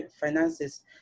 finances